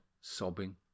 sobbing